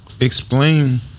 explain